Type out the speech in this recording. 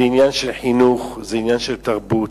זה עניין של חינוך, זה עניין של תרבות.